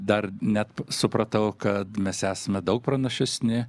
dar net supratau kad mes esame daug pranašesni